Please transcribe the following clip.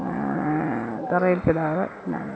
തറയിൽ പിതാവ് പിന്നെ